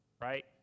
right